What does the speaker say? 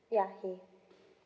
ya he